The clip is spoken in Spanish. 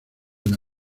una